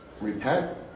repent